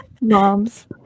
Moms